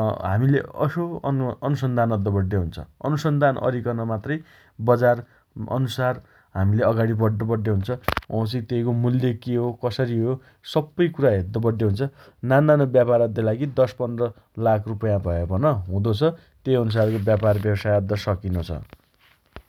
अँ हामीले असो अनु अनुसन्धान अड्डो पड्डे हुन्छ । अनुसन्धान अरिकन मात्रै बजार अनुसार हाम्ले अगाणि बड्डो पड्डे हुन्छ । वाउँछि तेइको मूल्य के हो कसरी हो? सप्पै कुरा हेद्दो पड्डे हुन्छ । नान्नानो व्यापार अद्दाइ लागि दश पन्ध्र लाख रुपैयाँ भया पन हुँदो छ । तेइ अनुसारको व्यापार व्यवसाय अद्द सकिनो छ ।